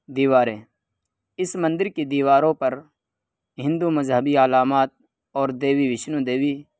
دیواریں اس مندر کی دیواروں پر ہندو مذہبی علامات اور دیوی وشنو دیوی